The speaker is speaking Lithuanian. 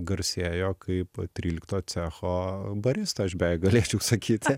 garsėjo kaip trylikto cecho barista aš beveik galėčiau sakyti